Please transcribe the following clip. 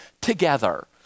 together